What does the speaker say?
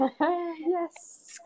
Yes